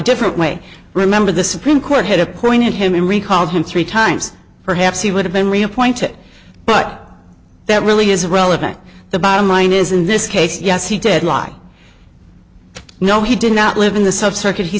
different way remember the supreme court had appointed him and recalled him three times perhaps he would have been reappointed but that really is relevant the bottom line is in this case yes he did lie no he did not live in the subcircuits he